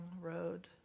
road